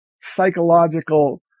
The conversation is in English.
psychological